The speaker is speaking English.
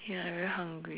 ya I very hungry